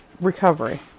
recovery